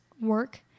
work